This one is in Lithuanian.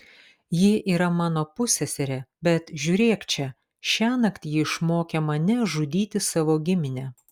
ji yra mano pusseserė bet žiūrėk čia šiąnakt ji išmokė mane žudyti savo giminę